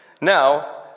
Now